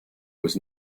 was